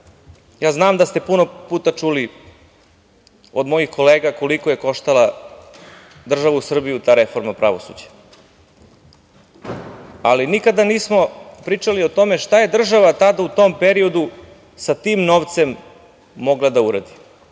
znam da ste puno puta čuli od mojih kolega koliko je koštala državu Srbiju ta reforma pravosuđa, ali nikada nismo pričali o tome šta je država tada u tom periodu sa tim novcem mogla da uradi.